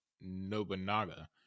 Nobunaga